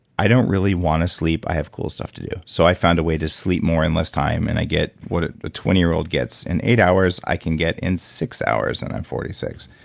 i don't really want to sleep, i have cool stuff to do. so i found a way to sleep more in less time and i get what ah a twenty year old gets. in eight hours, i can get in six hours and i'm forty six.